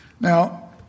Now